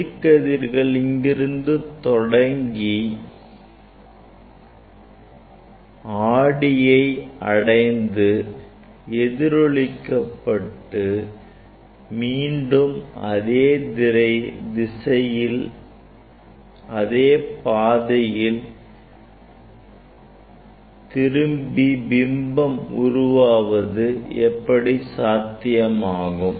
ஒளிக்கதிர்கள் இங்கிருந்து தொடங்கி ஆடியை அடைந்து எதிரொளிக்கப்பட்டு மீண்டும் இதே பாதையில் திரும்பி பிம்பம் உருவாவது எப்படி சாத்தியமாகும்